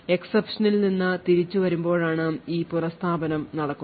exception ൽ നിന്ന് തിരിച്ചു വരുമ്പോഴാണ് ഈ പുനസ്ഥാപനം നടക്കുന്നത്